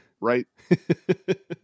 Right